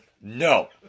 No